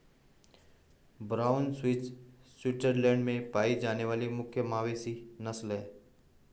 brown Swiss Switzerland में पाई जाने वाली मुख्य मवेशी नस्ल है